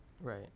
right